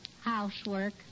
Housework